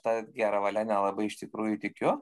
ta gera valia nelabai iš tikrųjų tikiu